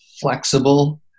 flexible